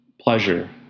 pleasure